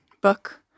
book